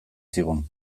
zigun